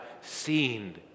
seen